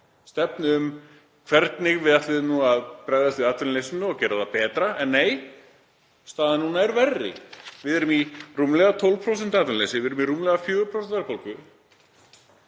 stefnu um hvernig við ætluðum að bregðast við atvinnuleysi og gera ástandið betra. En nei, staðan núna er verri. Við erum í rúmlega 12% atvinnuleysi. Við erum með rúmlega 4% verðbólgu